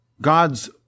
God's